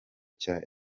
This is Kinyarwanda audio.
cya